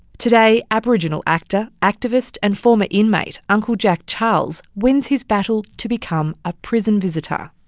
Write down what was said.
today, aboriginal actor, activist and former inmate uncle jack charles wins his battle to become a prison visitor.